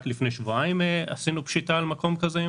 רק לפני שבועיים עשינו פשיטה על מקום כזה.